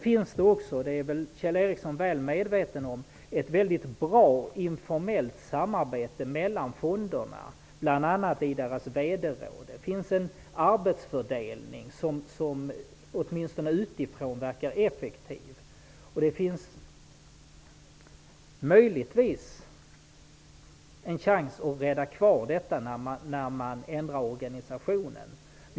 Kjell Ericsson är väl medveten om att det finns ett väldigt bra informellt samarbete mellan de nuvarande fonderna, bl.a. i deras vd-råd. Det finns en arbetsfördelning som åtiminstone utifrån verkar effektiv. Det finns möjligtvis en chans att rädda kvar detta när man ändrar organisationen.